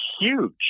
huge